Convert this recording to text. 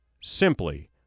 simply